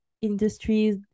industries